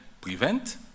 prevent